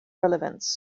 relevance